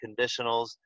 conditionals